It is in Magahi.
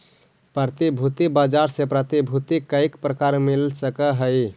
प्रतिभूति बाजार से प्रतिभूति कईक प्रकार मिल सकऽ हई?